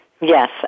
Yes